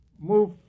Move